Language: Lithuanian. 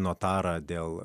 notarą dėl